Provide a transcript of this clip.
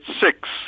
six